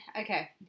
okay